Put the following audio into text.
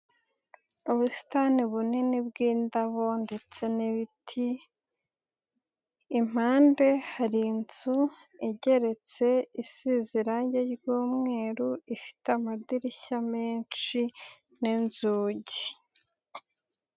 Ubusitani bunini bw'indabo ndetse n'ibiti, impande hari inzu igeretse isize irange ry'umweru ifite amadirishya menshi n'inzugi.